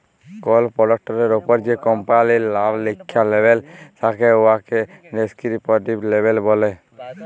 call পরডাক্টের উপরে যে কম্পালির লাম লিখ্যা লেবেল থ্যাকে উয়াকে ডেসকিরিপটিভ লেবেল ব্যলে